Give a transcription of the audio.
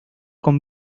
con